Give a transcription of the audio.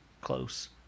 close